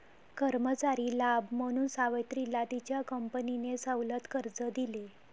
कर्मचारी लाभ म्हणून सावित्रीला तिच्या कंपनीने सवलत कर्ज दिले